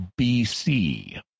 BC